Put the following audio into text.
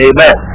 Amen